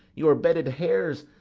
your bedded hairs,